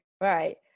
Right